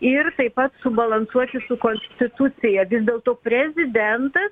ir taip pat subalansuoti su konstitucija vis dėlto prezidentas